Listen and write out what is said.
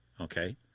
Okay